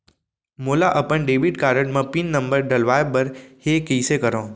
मोला अपन debit card म पिन नंबर डलवाय बर हे कइसे करव?